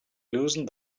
loosened